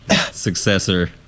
successor